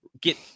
get